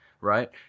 Right